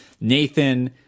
Nathan